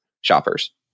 shoppers